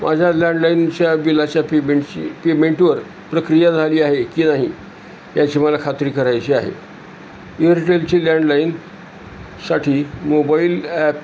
माझ्या लँडलाइनच्या बिलाच्या पेमेंटची पेमेंटवर प्रक्रिया झाली आहे की नाही याची मला खात्री करायची आहे एअरटेलचे लँडलाइनसाठी मोबाइल ॲप